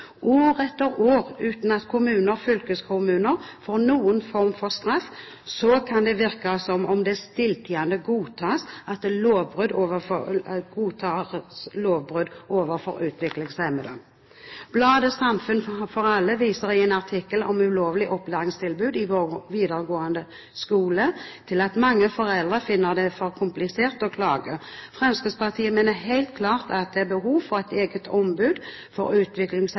år etter år avdekker de samme lovbrudd uten at kommuner og fylkeskommuner får noen form for straff, kan det virke som om det stilltiende godtas lovbrudd overfor utviklingshemmede. Bladet «Samfunn for alle» viser i en artikkel om ulovlige opplæringstilbud i videregående skole til at mange foreldre finner det for komplisert å klage. Fremskrittspartiet mener helt klart at det er behov for et eget ombud for